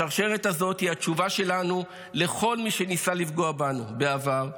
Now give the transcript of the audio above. השרשרת הזאת היא התשובה שלנו לכל מי שניסה לפגוע בנו בעבר,